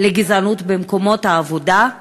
לגזענות במקומות העבודה.